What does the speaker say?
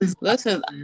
listen